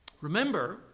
remember